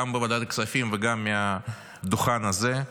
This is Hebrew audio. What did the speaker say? גם בוועדת הכספים וגם מהדוכן הזה,